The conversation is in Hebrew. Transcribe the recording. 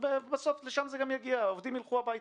ובסוף לשם זה גם יגיע: העובדים ילכו הביתה,